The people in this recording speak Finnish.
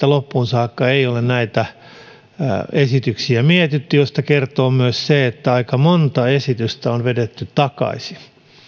loppuun saakka ei ole näitä esityksiä mietitty mistä kertoo myös se että aika monta esitystä on vedetty takaisin